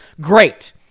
great